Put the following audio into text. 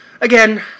Again